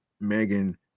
Megan